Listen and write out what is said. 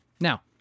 Now